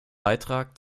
beitrag